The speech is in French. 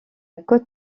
côte